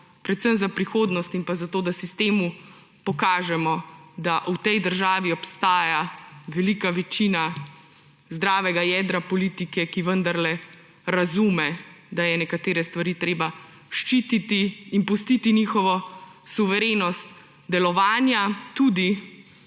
predvsem za prihodnost in zato, da sistemu pokažemo, da v tej državi obstaja velika večina zdravega jedra politike, ki vendarle razume, da je nekatere stvari treba ščititi in pustiti njihovo suverenost delovanja, tudi